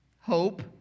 hope